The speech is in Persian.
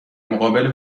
مقابل